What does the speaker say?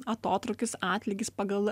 atotrūkis atlygis pagal